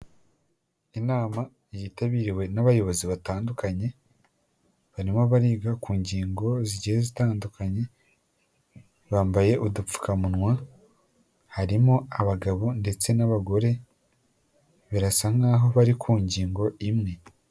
Inama yitabiriwe n'abayobozi batandukanye, barimo bariga ku ngingo zigiye zitandukanye, bambaye udupfukamunwa, harimo abagabo ndetse n'abagore, birasa nkaho bari ku ngingo imwe.